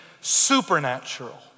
supernatural